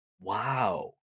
wow